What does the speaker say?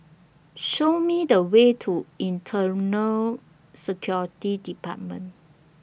Show Me The Way to Internal Security department